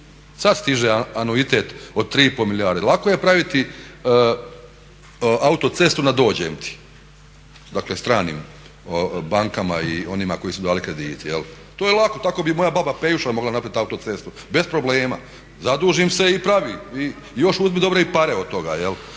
Sad stiže anuitet od 3,5 milijarde. Lako je praviti autocestu na dođem ti dakle stranim bankama i onima koji su dali kredite jel', to je lako tako bi i moja baba Pejuša mogla napraviti autocestu bez problema. Zadužim se i pravim i još uzmem dobre i pare od toga